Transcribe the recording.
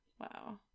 Wow